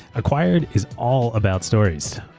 acquired is all about stories.